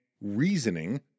reasoning